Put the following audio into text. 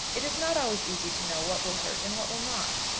it is not always easy to know what will hurt and what will not.